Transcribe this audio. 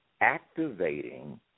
activating